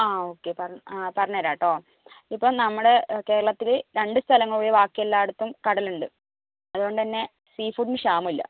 ആ ഓക്കേ ആ പറഞ്ഞു തരാം കേട്ടോ ഇപ്പോൾ നമ്മൾ കേരളത്തിൽ രണ്ട് സ്ഥലങ്ങളൊഴികെ ബാക്കിയെല്ലായിടത്തും കടലുണ്ട് അതുകൊണ്ടുതന്നെ സീ ഫുഡ്ഡിന് ക്ഷാമം ഇല്ല